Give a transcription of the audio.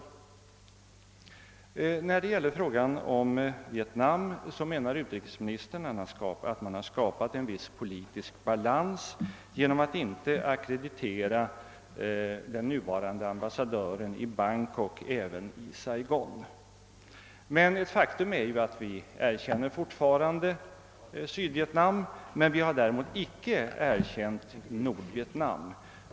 I fråga om Vietnam menar utrikesministern att vi har skapat en viss politisk balans genom att inte ackreditera den nuvarande ambassadören i Bangkok även i Saigon. Ett faktum är emellertid att vi fortfarande erkänner Sydvietnam medan vi icke har erkänt Nordvietnam.